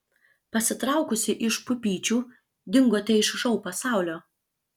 pasitraukusi iš pupyčių dingote iš šou pasaulio